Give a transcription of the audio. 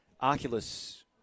Oculus